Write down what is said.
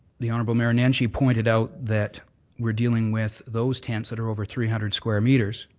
the honorable mayor nenshi pointed out that we're dealing with those tents that are over three hundred square meters.